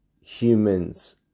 humans